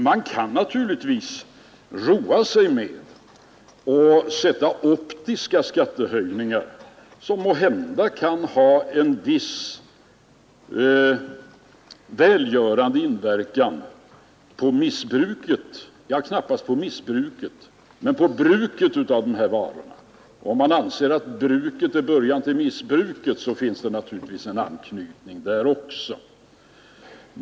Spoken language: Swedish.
Man kan naturligtvis roa sig med att sätta optiska skattehöjningar på dessa varor som måhända har en viss välgörande inverkan på bruket av dem — knappast på missbruket, men om man anser att bruket är början till missbruk, finns det naturligtvis en anknytning.